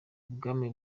ubwami